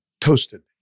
toasted